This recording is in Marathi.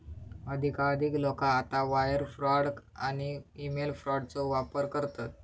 अधिकाधिक लोका आता वायर फ्रॉड आणि ईमेल फ्रॉडचो वापर करतत